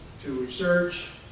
to research.